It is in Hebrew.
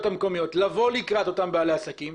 המקומיות לבוא לקראת אותם בעלי עסקים